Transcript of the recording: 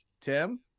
tim